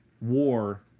war